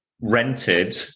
rented